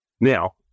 Now